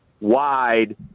wide